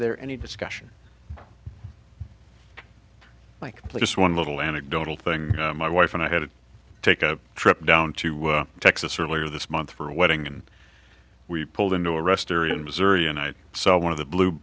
there any discussion like this one little anecdotal thing my wife and i had to take a trip down to texas earlier this month for a wedding and we pulled into a rest area in missouri and i saw one of the blue